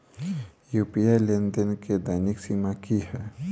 UPI लेनदेन केँ दैनिक सीमा की है?